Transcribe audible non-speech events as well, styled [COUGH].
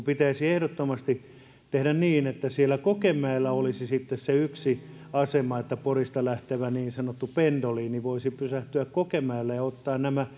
[UNINTELLIGIBLE] pitäisi ehdottomasti tehdä niin että siellä kokemäellä olisi sitten se yksi asema että porista lähtevä niin sanottu pendolino voisi pysähtyä kokemäellä ja ottaa nämä [UNINTELLIGIBLE]